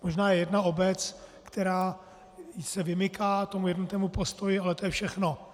Možná je jedna obec, která se vymyká tomu jednotnému postoji, ale to je všechno.